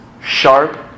sharp